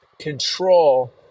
control